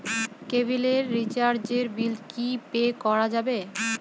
কেবিলের রিচার্জের বিল কি পে করা যাবে?